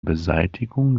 beseitigung